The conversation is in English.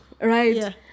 right